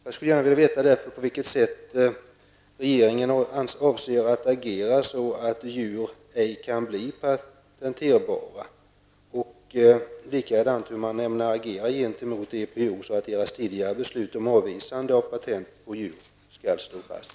Jag skulle därför vilja veta på vilket sätt regeringen avser att agera så att djur ej kan bli patenterbara, liksom om man ämnar agera gentemot EPO så att dess tidigare beslut om att avvisa patent på djur skall stå fast.